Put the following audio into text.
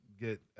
get